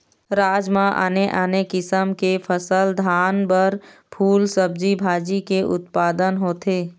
राज म आने आने किसम की फसल, धान, फर, फूल, सब्जी भाजी के उत्पादन होथे